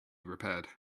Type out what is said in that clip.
repaired